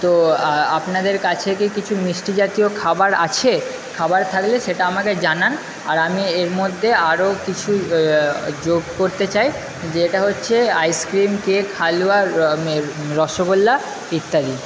তো আপনাদের কাছে কি কিছু মিষ্টি জাতীয় খাবার আছে খাবার থাকলে সেটা আমাকে জানান আর আমি এর মধ্যে আরো কিছু যোগ করতে চাই যেটা হচ্ছে আইস্ক্রিম কেক হালুয়া রসগোল্লা ইত্যাদি